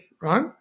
right